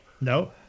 No